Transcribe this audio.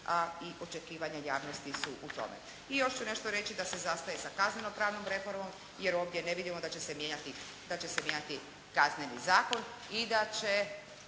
a i očekivanja javnosti su u tome. I još ću nešto reći da se zastaje sa kazneno-pravnom reformom jer ovdje ne vidimo da će se mijenjati, da će